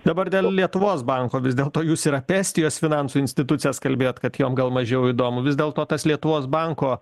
dabar dėl lietuvos banko vis dėl to jūs ir apie estijos finansų institucijas kalbėjot kad jom gal mažiau įdomu vis dėlto tas lietuvos banko